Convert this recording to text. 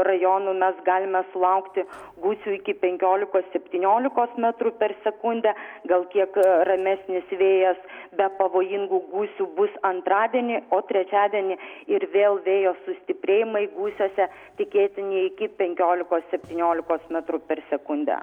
rajonų mes galime sulaukti gūsių iki penkiolikos septyniolikos metrų per sekundę gal kiek ramesnis vėjas be pavojingų gūsių bus antradienį o trečiadienį ir vėl vėjo sustiprėjimai gūsiuose tikėtini iki penkiolikos septyniolikos metrų per sekundę